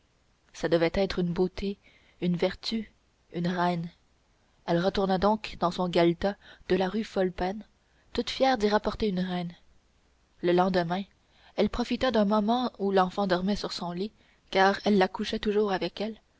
ce devait être une beauté une vertu une reine elle retourna donc dans son galetas de la rue folle peine toute fière d'y rapporter une reine le lendemain elle profita d'un moment où l'enfant dormait sur son lit car elle la couchait toujours avec elle